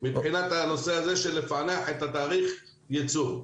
זה מבחינת הנושא הזה של לפענח את תאריך הייצור.